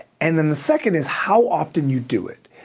and then the second is how often you do it.